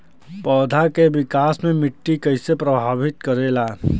पौधा के विकास मे मिट्टी कइसे प्रभावित करेला?